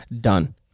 Done